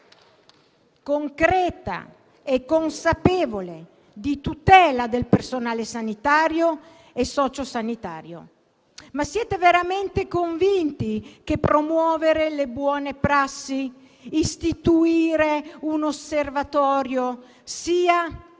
concreta e consapevole di tutela del personale sanitario e socio-sanitario. Ma siete veramente convinti che promuovere le buone prassi e istituire un osservatorio sia